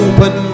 Open